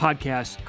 Podcast